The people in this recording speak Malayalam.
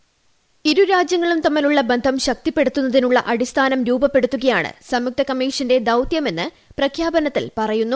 വോയിസ് ഇരു രാജ്യങ്ങളും തമ്മിലുള്ള ബന്ധം ശക്തിപ്പെടുത്തുന്നതിനുള്ള അടിസ്ഥാനം രൂപപ്പെടുത്തുകയാണ് സംയുക്ത കമ്മിഷന്റെ ദൌത്യമെന്ന് പ്രഖ്യാപനത്തിൽ പറയുന്നു